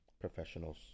professionals